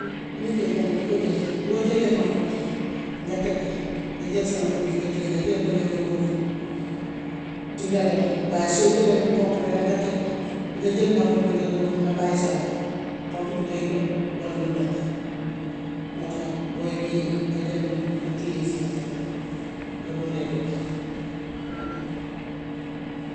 Liggéeykat yi di ko jël. Boo jëlee marto bi nga teg ko, nga jël sa loxo bii nga tëye, nga jël bële nga dóor, dina dem. Waaye soo jëlee pont bi rekk nga teg ko, nga jël marto bi nga dóor, nga bàyyi sa loxo pont bi day tëb walla mu dëng. Moo tax booy kii nga jël marto nga tëye sa loxoo balee nga dooree door.